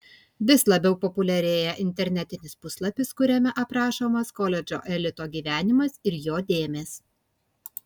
vis labiau populiarėja internetinis puslapis kuriame aprašomas koledžo elito gyvenimas ir jo dėmės